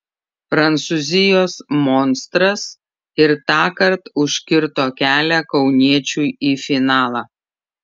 prancūzijos monstras ir tąkart užkirto kelią kauniečiui į finalą